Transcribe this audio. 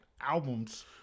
albums